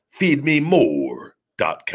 FeedMeMore.com